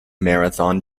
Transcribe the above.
marathon